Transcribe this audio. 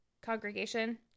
congregation